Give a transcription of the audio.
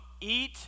eat